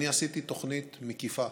אני עשיתי תוכנית מקיפה,